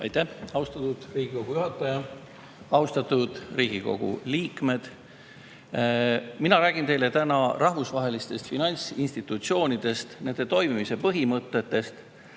Aitäh, austatud Riigikogu juhataja! Austatud Riigikogu liikmed! Mina räägin teile täna rahvusvahelistest finantsinstitutsioonidest, nende toimimise põhimõtetest,